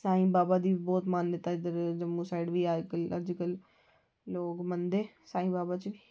ते साईं बाबा दी बी बोह्त मान्यता ऐ इद्धर जम्मू साईड बी मनदे साईं बाबा च